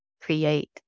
create